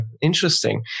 Interesting